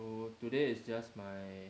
so today is just my